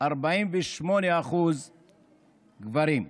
48% גברים.